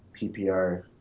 PPR